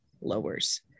lowers